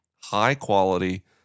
high-quality